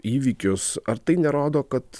įvykius ar tai nerodo kad